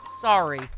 Sorry